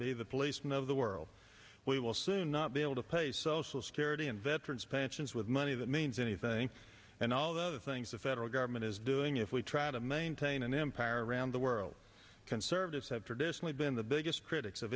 be the policemen of the world we will soon not be able to pay social security and veterans pensions with money that means anything and all the other things the federal government is doing if we try to maintain an empire around the world conservatives have traditionally been the biggest critics of